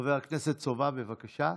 חבר הכנסת סובה, בבקשה.